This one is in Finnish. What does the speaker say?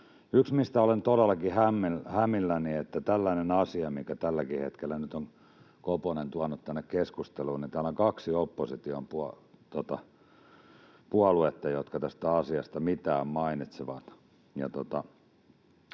Yksi, mistä olen todellakin hämilläni, on se, että vaikka on tällainen asia, minkä tälläkin hetkellä nyt on Koponen tuonut tänne keskusteluun, niin täällä on vain kaksi opposition puoluetta, jotka tästä asiasta mitään mainitsevat